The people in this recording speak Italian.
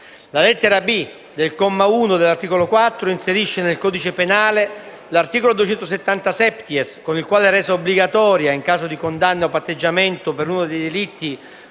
La lettera *b)* del comma 1 dell'articolo 4 inserisce nel codice penale l'articolo 270-*septies*, con il quale è resa obbligatoria, in caso di condanna o patteggiamento per uno dei delitti